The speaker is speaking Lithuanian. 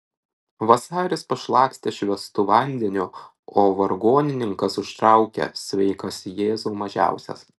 vasaris pašlakstė švęstu vandeniu o vargonininkas užtraukė sveikas jėzau mažiausias